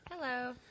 Hello